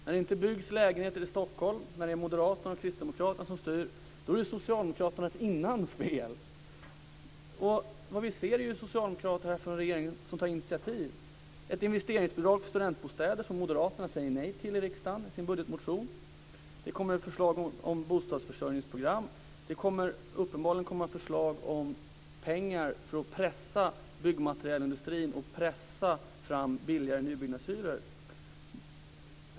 När det inte byggs lägenheter i Stockholm när det är Moderaterna och Kristdemokraterna som styr, då är det Socialdemokraternas som styrde innan fel. Vad vi ser är ju socialdemokrater i regeringen som tar initiativ, t.ex. ett investeringsbidrag till studentbostäder som Moderaterna säger nej till i sin budgetmotion i riksdagen. Det kommer ett förslag om bostadsförsörjningsprogram. Det kommer uppenbarligen att komma förslag om pengar för att pressa byggmaterialindustrin och pressa fram lägre nybyggnadshyror.